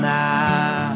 now